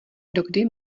dokdy